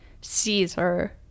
Caesar